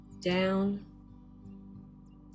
down